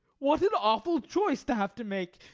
what an awful choice to have to make!